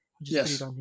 Yes